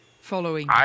following